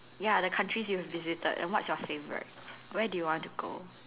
ya the countries you have visited and what's your favourite where you want to go